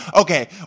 okay